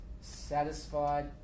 satisfied